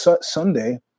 Sunday